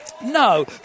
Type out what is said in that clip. No